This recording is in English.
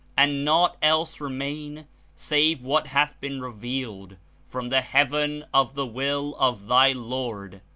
and naught else remain save what hath been re vealed from the heaven of the will of thy lord,